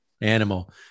Animal